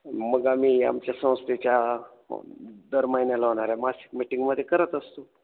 मग आम्ही आमच्या संस्थेच्या दर महिन्याला होणाऱ्या मासिक मीटिंगमध्ये करत असतो